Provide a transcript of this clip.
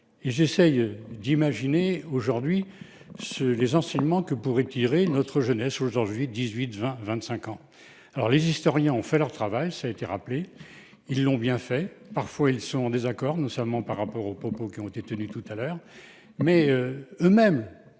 Et j'essaie d'imaginer aujourd'hui ce les enseignements que pourrait tirer notre jeunesse le jour J 18, 20 25 ans. Alors les historiens ont fait leur travail, ça a été rappelé. Ils l'ont bien fait, parfois ils sont en désaccord. Non seulement par rapport aux propos qui ont été tenus tout à l'heure mais eux-mêmes,